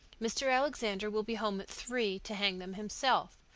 mr. alexander will be home at three to hang them himself.